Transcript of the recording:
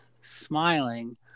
smiling